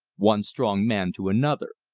one strong man to another.